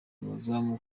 amazamu